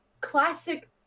classic